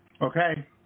Okay